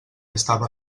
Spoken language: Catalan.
estava